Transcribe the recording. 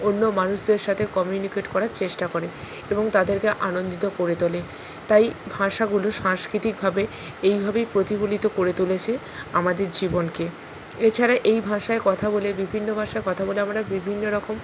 অন্য মানুষদের সাথে কমিউনিকেট করার চেষ্টা করে এবং তাদেরকে আনন্দিত করে তোলে তাই ভাষাগুলো সাংস্কৃতিকভাবে এইভাবেই প্রতিফলিত করে তুলেছে আমাদের জীবনকে এছাড়া এই ভাষায় কথা বলে বিভিন্ন ভাষায় কথা বলে আমরা বিভিন্ন রকম